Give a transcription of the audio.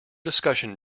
discussion